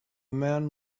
man